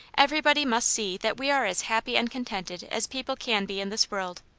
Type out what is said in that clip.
everybody must see that we are as happy and contented as people can be in this world.